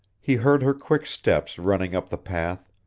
he heard her quick steps running up the path,